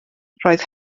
roedd